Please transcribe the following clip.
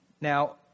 Now